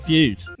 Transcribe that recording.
Feud